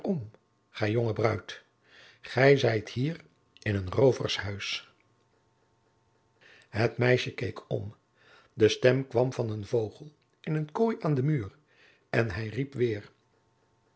jonge bruid gij zijt hier in een roovershuis het meisje keek om de stem kwam van een vogel in een kooi aan den muur en hij riep weer